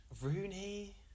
Rooney